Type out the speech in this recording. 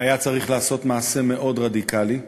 היה צריך לעשות מעשה מאוד רדיקלי,